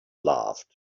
laughed